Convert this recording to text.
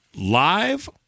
live